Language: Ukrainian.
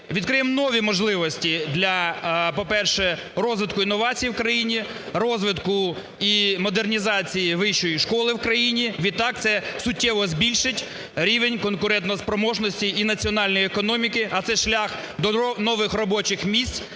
відкриємо нові можливості для, по-перше, розвитку інновацій в країні, розвитку і модернізації вищої школи в країні. Відтак це суттєво збільшить рівень конкурентоспроможності і національної економіки, а це шлях до нових робочих місць,